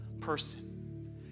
person